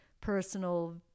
personal